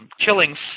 killings